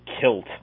kilt